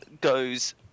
goes